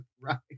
Right